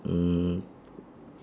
mm